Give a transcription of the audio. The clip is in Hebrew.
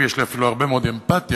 ויש לי אפילו הרבה מאוד אמפתיה.